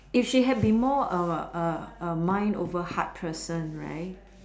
if she had been more um uh uh mind over heart person right